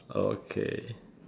okay